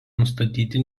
nustatyti